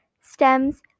stems